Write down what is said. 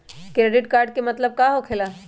Credit card के मतलब का होकेला?